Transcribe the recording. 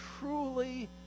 truly